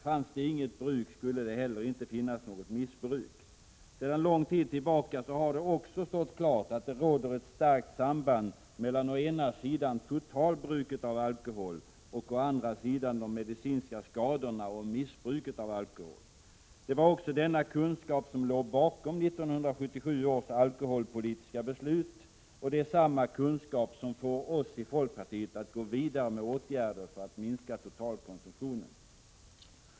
Fanns det inget bruk, skulle det heller inte finnas något missbruk. Sedan lång tid tillbaka har det också stått klart att det råder ett starkt samband mellan å ena sidan totalbruket av alkohol och å andra sidan de medicinska skadorna och missbruket av alkohol. Det var också denna kunskap som låg bakom 1977 års alkoholpolitiska beslut. Det är samma kunskap som får oss i folkpartiet att gå vidare med åtgärder för att minska totalkonsumtionen.